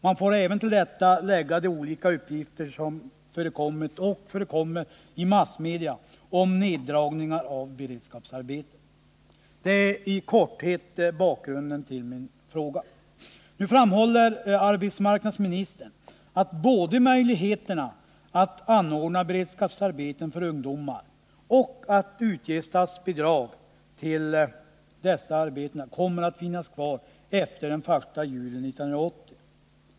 Man skall till detta även lägga de olika uppgifter som förekommit och förekommer i massmedia om neddragning av beredskapsarbetena. Detta är i korthet bakgrunden till min fråga. Nu framhåller arbetsmarknadsministern att både möjligheterna att anordna beredskapsarbeten för ungdomar och att utge statsbidrag till dessa arbeten kommer att finnas kvar efter den 1 juli 1980.